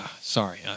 sorry